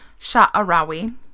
Sha'arawi